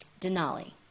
Denali